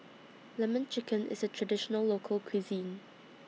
Lemon Chicken IS A Traditional Local Cuisine